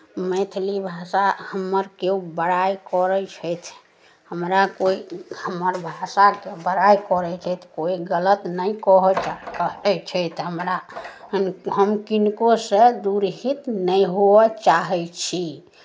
मैथिली भाषा हमर केओ बड़ाइ करै छथि हमरा कोइ हमर भाषाके बड़ाइ करै छथि कोइ गलत नहि कहै छथि करै छथि हमरा हम हम किनकोसँ दूरहित नहि हुअ चाहैत छी